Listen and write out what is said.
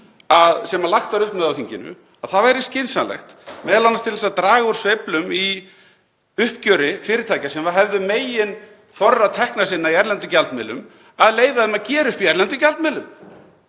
sem lagt var upp með á þinginu að það væri skynsamlegt, m.a. til að draga úr sveiflum í uppgjöri fyrirtækja sem hefðu meginþorra tekna sinna í erlendum gjaldmiðlum, að leyfa þeim að gera upp í erlendum gjaldmiðlum.